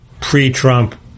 pre-Trump